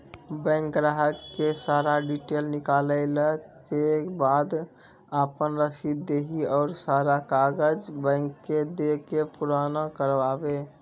Bank ग्राहक के सारा डीटेल निकालैला के बाद आपन रसीद देहि और सारा कागज बैंक के दे के पुराना करावे?